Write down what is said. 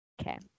Okay